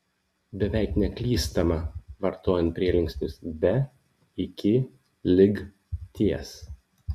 beveik neklystama vartojant prielinksnius be iki lig ties